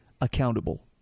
accountable